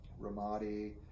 Ramadi